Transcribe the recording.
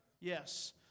Yes